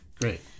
great